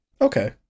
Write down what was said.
Okay